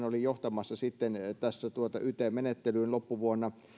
oli johtamassa sitten tässä yt menettelyyn loppuvuonna